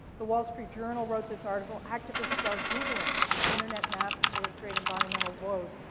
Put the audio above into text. the wall street journal wrote this article, activists start googling you know internet maps illustrate environmental woes.